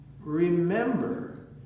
Remember